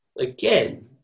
again